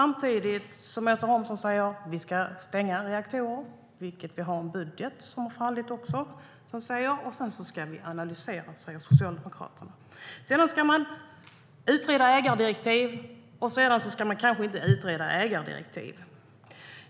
Men när Åsa Romson säger att reaktorer ska stängas, vilket också sägs i den budget som föll, säger Socialdemokraterna att man ska analysera. Ägardirektiven ska först utredas och sedan kanske inte utredas.